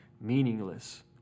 meaningless